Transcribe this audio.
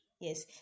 yes